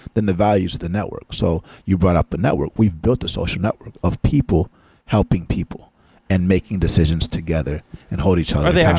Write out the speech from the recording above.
then the value is the network. so you brought up a network. we've built a social network of people helping people and making decisions together and hold each other yeah